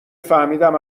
فهمیدم